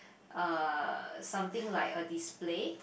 uh something like a display